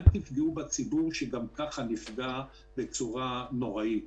אל תפגעו בציבור, שגם ככה נפגע בצורה נוראית.